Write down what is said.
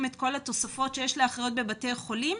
את כל התוספות שיש לאחיות בבתי החולים.